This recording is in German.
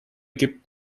gibt